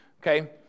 okay